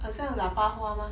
好像喇叭花吗